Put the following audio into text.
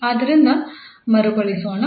ಆದ್ದರಿಂದ ಮರುಕಳಿಸೋಣ